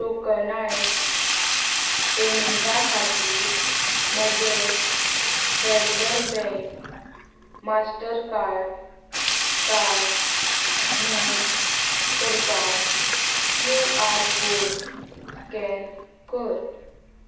tokenised पेमॅंटा खातीर म्हजें फॅडरल बँक मास्टरकार्ड काड नोंद करपाक क्यू आर कोड स्कॅन कर